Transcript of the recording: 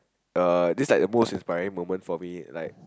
uh this like the most inspiring moment for me like